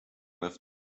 with